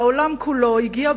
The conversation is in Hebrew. והעולם כולו הגיע,